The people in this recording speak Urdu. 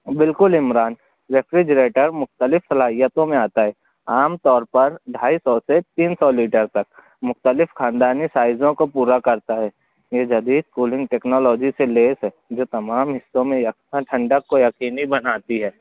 بالکل عمران ریفریجیریٹر مختلف صلاحیتوں میں آتا ہے عام طور پر ڈھائی سو سے تین سو لیٹر تک مختلف خاندانی سائیزوں کو پورا کرتا ہے یہ جدید کولنگ ٹیکنولوجی سے لیس ہے جو تمام حصوں میں یکساں ٹھنڈک کو یقینی بناتی ہے